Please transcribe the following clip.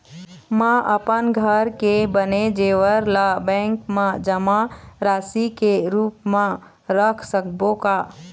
म अपन घर के बने जेवर ला बैंक म जमा राशि के रूप म रख सकबो का?